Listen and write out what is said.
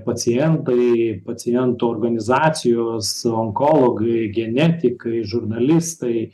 pacientai pacientų organizacijos onkologai genetikai žurnalistai